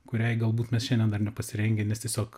kuriai galbūt mes šiandien dar nepasirengę nes tiesiog